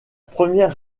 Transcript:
première